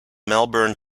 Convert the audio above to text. melbourne